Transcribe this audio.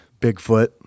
Bigfoot